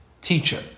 teacher